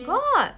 got